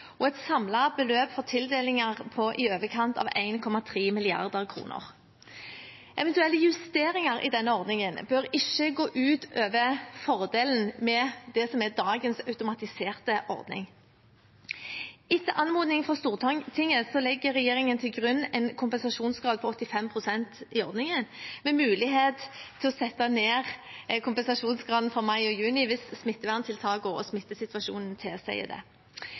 og samlet beløp for tildelinger er på i overkant av 1,3 mrd. kr. Eventuelle justeringer i denne ordningen bør ikke gå ut over fordelen med det som er dagens automatiserte ordning. Etter anmodning fra Stortinget legger regjeringen til grunn en kompensasjonsgrad på 85 pst. i ordningen, med mulighet til å sette ned kompensasjonsgraden for mai og juni hvis smitteverntiltakene og smittesituasjonen tilsier det. Det